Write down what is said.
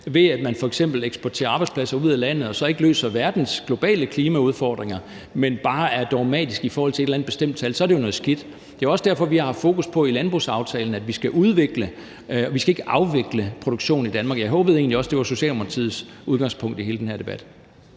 ved at man f.eks. eksporterer arbejdspladser ud af landet, og så ikke løser verdens globale klimaudfordringer, men bare er dogmatisk i forhold til et eller andet bestemt tal, så er det jo noget skidt. Det er jo også derfor, vi i landbrugsaftalen har haft fokus på, at vi skal udvikle; vi skal ikke afvikle produktion i Danmark. Jeg håbede egentlig også, at det var Socialdemokratiets udgangspunkt i hele den her debat.